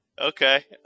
Okay